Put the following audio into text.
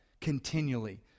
continually